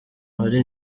hari